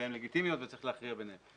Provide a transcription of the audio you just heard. ששתיהן לגיטימיות וצריך להכריע ביניהן.